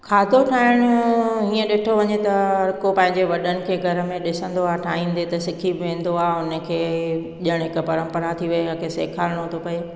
खाधो ठाहिणु हीअं ॾिठो वञे त हर को पंहिंजे वॾनि खे घर में ॾिसंदो आहे ठाहींदे त सिखी बि वेंदो आहे हुन खे ॼणु हिकु परंपरा थी वई हुन खे सेखारिणो थो पए